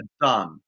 done